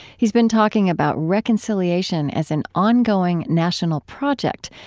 he's been talking about reconciliation as an ongoing national project,